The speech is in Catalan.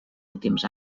últims